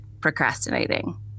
procrastinating